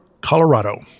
Colorado